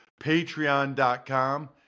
Patreon.com